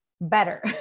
better